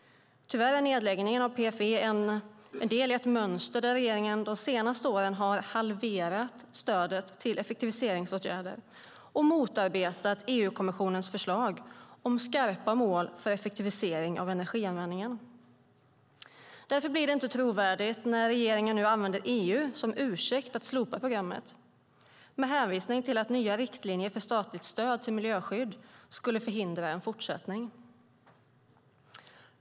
Tyvärr är nedläggningen av PFE en del i ett mönster där regeringen de senaste åren har halverat stödet till effektiviseringsåtgärder och motarbetat EU-kommissionens förslag om skarpa mål för effektivisering av energianvändningen. Därför blir det inte trovärdigt när regeringen nu använder EU som ursäkt för att slopa programmet med hänvisning till att nya riktlinjer för statligt stöd till miljöskydd skulle förhindra en fortsättning.